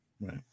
Right